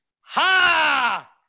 Ha